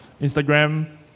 Instagram